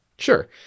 Sure